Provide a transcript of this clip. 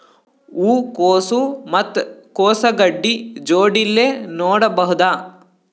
ಹೂ ಕೊಸು ಮತ್ ಕೊಸ ಗಡ್ಡಿ ಜೋಡಿಲ್ಲೆ ನೇಡಬಹ್ದ?